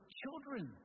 children